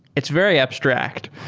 it's very abstract.